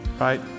right